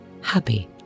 happy